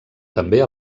també